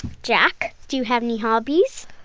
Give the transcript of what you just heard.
jack, do you have any hobbies?